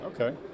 Okay